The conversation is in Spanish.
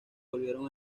volvieron